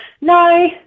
no